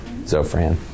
Zofran